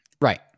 Right